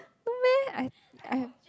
no meh I I